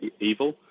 evil